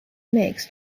mixed